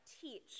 teach